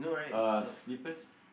uh slippers